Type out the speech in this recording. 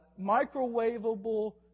microwavable